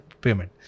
payment